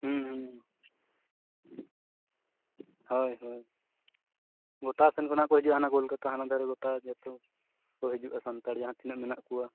ᱦᱳᱭ ᱦᱳᱭ ᱜᱚᱴᱟ ᱥᱮᱱ ᱠᱷᱚᱱᱟᱜ ᱠᱚ ᱦᱤᱡᱩᱜᱼᱟ ᱦᱟᱱ ᱠᱳᱞᱠᱟᱛᱟ ᱦᱟᱱᱟ ᱫᱷᱟᱨᱮ ᱦᱚᱴᱟ ᱡᱚᱛᱚ ᱠᱚ ᱦᱤᱡᱩᱜᱼᱟ ᱥᱟᱱᱛᱟᱲ ᱡᱟᱦᱟᱸ ᱛᱤᱱᱟᱜ ᱢᱮᱱᱟᱜ ᱠᱚᱣᱟ